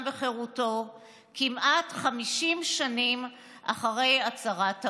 וחירותו כמעט 50 שנים אחרי הצהרת האו"ם.